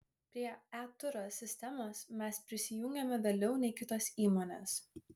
prie e turas sistemos mes prisijungėme vėliau nei kitos įmonės